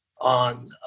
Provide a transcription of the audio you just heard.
on